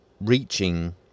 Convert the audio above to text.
reaching